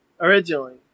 originally